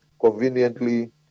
conveniently